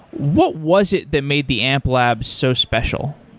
what was it that made the amplab so special?